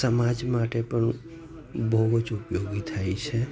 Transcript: સમાજ માટે પણ બહુ જ ઉપયોગી થાય છે